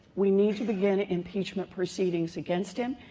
we need to begin impeachment proceedings against him.